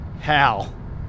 Hal